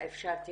אפשרתי